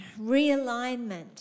realignment